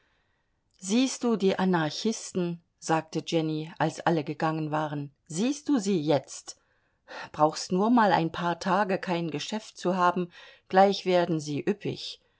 siehst du die anarchisten sagte jenny als alle gegangen waren siehst du sie jetzt brauchst nur mal ein paar tage kein geschäft zu haben gleich werden sie üppig